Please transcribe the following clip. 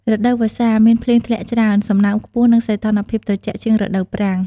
រដូវវស្សាមានភ្លៀងធ្លាក់ច្រើន សំណើមខ្ពស់ និងសីតុណ្ហភាពត្រជាក់ជាងរដូវប្រាំង។